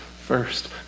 first